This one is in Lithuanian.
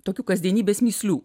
tokių kasdienybės mįslių